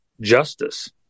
justice